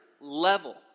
level